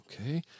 Okay